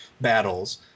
battles